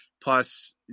Plus